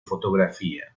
fotografía